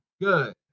Good